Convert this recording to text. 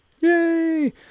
Yay